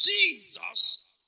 Jesus